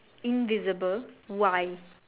invisible why